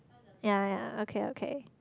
ya ya okay okay